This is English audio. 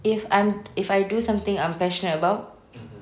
if I'm if I do something I'm passionate about